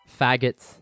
Faggots